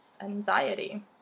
anxiety